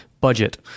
budget